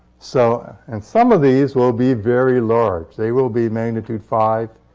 so and some of these will be very large. they will be magnitude five,